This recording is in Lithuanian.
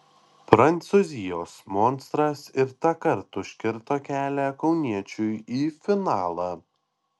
prancūzijos monstras ir tąkart užkirto kelią kauniečiui į finalą